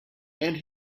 and